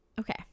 Okay